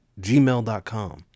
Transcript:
gmail.com